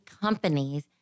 companies